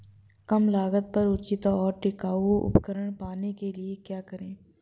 कम लागत पर उचित और टिकाऊ उपकरण पाने के लिए क्या करें?